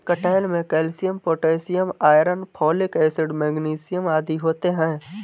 कटहल में calcium potassium iron folic acid magnesium आदि होते हैं